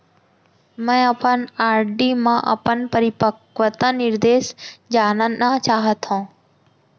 मै अपन आर.डी मा अपन परिपक्वता निर्देश जानना चाहात हव